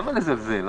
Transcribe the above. למה לזלזל...